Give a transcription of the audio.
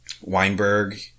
Weinberg